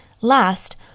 Last